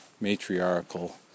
matriarchal